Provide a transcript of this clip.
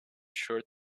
shirt